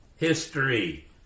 history